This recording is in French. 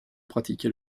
pratiquer